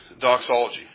doxology